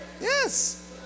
Yes